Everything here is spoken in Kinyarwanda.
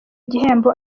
gihembo